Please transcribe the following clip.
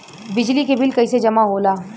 बिजली के बिल कैसे जमा होला?